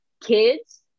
kids